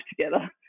together